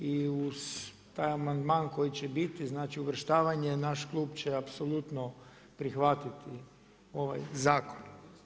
I uz taj amandman koji će biti, znači uvrštavanje naš klub će apsolutno prihvatiti ovaj zakon.